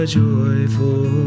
joyful